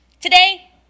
today